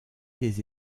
des